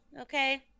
Okay